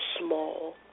small